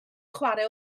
chwarae